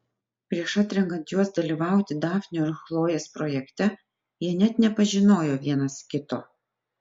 prieš atrenkant juos dalyvauti dafnio ir chlojės projekte jie net nepažinojo vienas kito